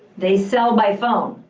they sell by phone.